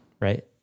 right